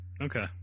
Okay